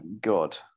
good